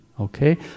Okay